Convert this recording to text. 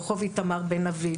ברחוב איתמר בן אבי,